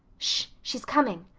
she's coming.